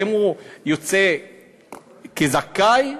האם הוא יוצא כזכאי,